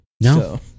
No